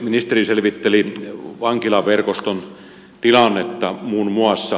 ministeri selvitteli vankilaverkoston tilannetta muun muassa